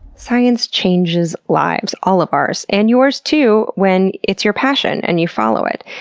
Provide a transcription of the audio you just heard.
science changes lives. all of ours, and yours too when it's your passion and you follow it.